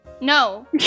No